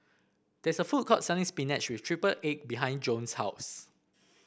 there is a food court selling spinach with triple egg behind Jones' house